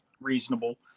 reasonable